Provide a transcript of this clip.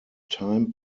time